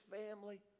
family